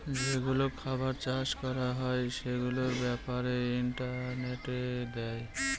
যেগুলো খাবার চাষ করা হয় সেগুলোর ব্যাপারে ইন্টারনেটে দেয়